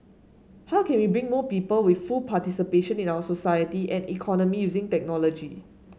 how can we bring more people with full participation in our society and economy using technology